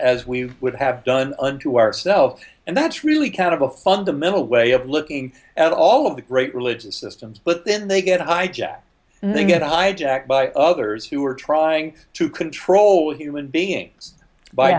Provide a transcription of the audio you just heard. as we would have done unto ourself and that's really kind of a fundamental way of looking at all of the great religious systems but then they get hijacked and they get hijacked by others who are trying to control human beings by